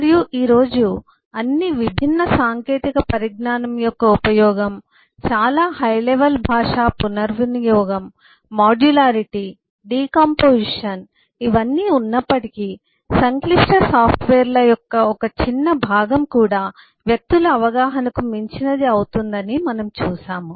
మరియు ఈ రోజు అన్ని విభిన్న సాంకేతిక పరిజ్ఞానం యొక్క ఉపయోగం చాలా హై లెవల్ భాష పునర్వినియోగం మాడ్యులారిటీ డికాంపొజిషన్ ఇవన్నీ ఉన్నప్పటికీ సంక్లిష్ట సాఫ్ట్వేర్ల యొక్క ఒక చిన్న భాగం కూడా వ్యక్తుల అవగాహనకు మించినది అవుతుందని మనము చూశాము